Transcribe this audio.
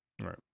Right